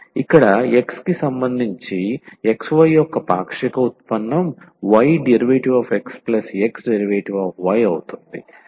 ఇక్కడ x కి సంబంధించి xy యొక్క పాక్షిక ఉత్పన్నం ydxxdy అవుతుంది